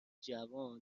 جوان